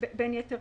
בין יתר